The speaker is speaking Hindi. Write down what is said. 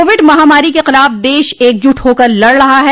कोविड महामारी के खिलाफ देश एकजुट होकर लड़ रहा है